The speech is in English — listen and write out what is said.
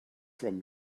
from